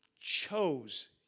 chose